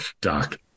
doc